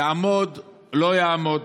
יעמוד לא יעמוד.